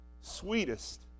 sweetest